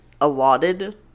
allotted